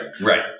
right